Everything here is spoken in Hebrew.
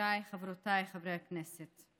חבריי וחברותיי חברי הכנסת,